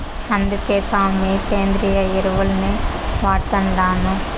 అందుకే సామీ, సేంద్రియ ఎరువుల్నే వాడతండాను